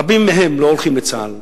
רבים מהם לא הולכים לצה"ל,